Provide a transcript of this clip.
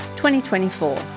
2024